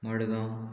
Madgaon